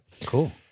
Cool